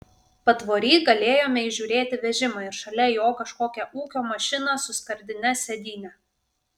patvory galėjome įžiūrėti vežimą ir šalia jo kažkokią ūkio mašiną su skardine sėdyne